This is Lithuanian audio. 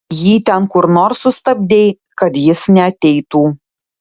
jį ten kur nors sustabdei kad jis neateitų